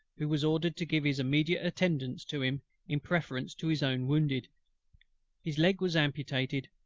who was ordered to give his immediate attendance to him in preference to his own wounded his leg was amputated,